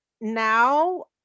now